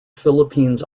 philippines